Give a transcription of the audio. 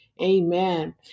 Amen